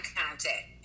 contact